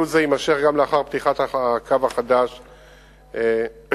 לאחר פתיחת הקו החדש לירושלים,